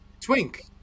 Twink